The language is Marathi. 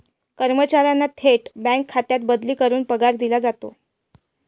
कर्मचाऱ्यांना थेट बँक खात्यात बदली करून पगार दिला जातो